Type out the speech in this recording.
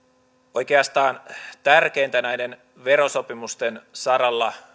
oikeastaan tärkeintä näiden verosopimusten saralla